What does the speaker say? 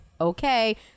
okay